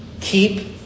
Keep